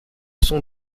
sont